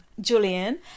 Julian